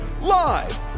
Live